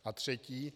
A třetí.